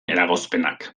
eragozpenak